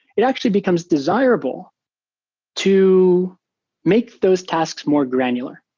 it actually becomes desirable to make those tasks more granular.